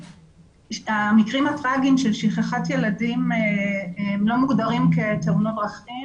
המקרים הטרגיים של שכחת ילדים לא מוגדרים כתאונות דרכים